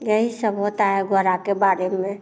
यही सब होता है घोड़ा के बारे में